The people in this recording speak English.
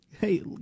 hey